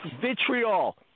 vitriol